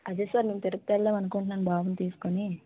అదే సార్ మేము తిరుపతి వెళ్దాం అనుకుంటున్నాం బాబుని తీసుకుని